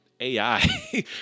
AI